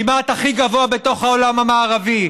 הוא כמעט הכי גבוה בתוך העולם המערבי.